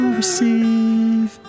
receive